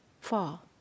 fall